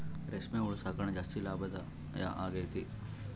ರೇಷ್ಮೆ ಹುಳು ಸಾಕಣೆ ಜಾಸ್ತಿ ಲಾಭದಾಯ ಆಗೈತೆ